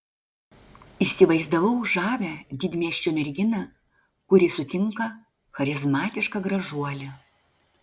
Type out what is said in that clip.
įsivaizdavau žavią didmiesčio merginą kuri sutinka charizmatišką gražuolį